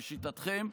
לשיטתכם,